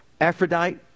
Aphrodite